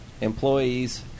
Employees